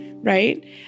Right